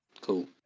Cool